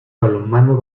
balonmano